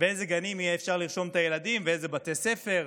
ובאיזה גנים יהיה אפשר לרשום את הילדים ואיזה בתי ספר,